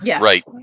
right